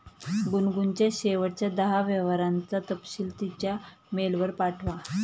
गुनगुनच्या शेवटच्या दहा व्यवहारांचा तपशील तिच्या मेलवर पाठवा